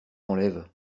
enlève